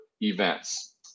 events